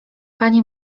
pani